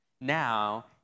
Now